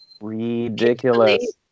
ridiculous